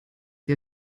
ihr